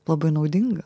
labai naudinga